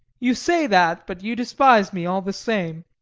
you say that, but you despise me all the same.